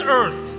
earth